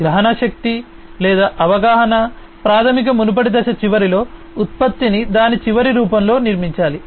గ్రహణశక్తి లేదా అవగాహన ప్రాథమికంగా మునుపటి దశ చివరిలో ఉత్పత్తిని దాని చివరి రూపంలో నిర్మించాలి